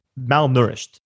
malnourished